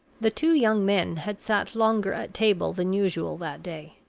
the two young men had sat longer at table than usual that day.